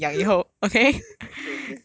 okay okay